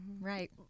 Right